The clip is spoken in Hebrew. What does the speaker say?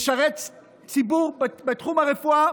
משרת ציבור בתחום הרפואה,